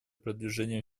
продвижения